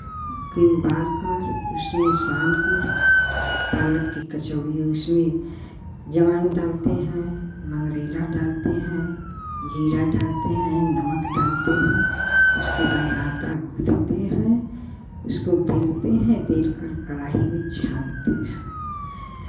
को उबाल कर उसमें सान कर पालक की कचोड़ी उसमें अजवाइन डालते हैं मंगरैला डालते हैं जीरा डालते हैं नमक डालते हैं उसके बाद आँटा गूँथते है उसको बेलते हैं बेल कर कड़ाही में छानते हैं